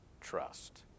trust